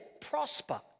prosper